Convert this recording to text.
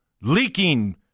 Leaking